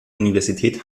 universität